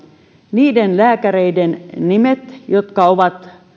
niiden lääkäreiden nimet jotka ovat